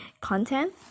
content